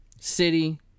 City